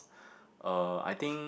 uh I think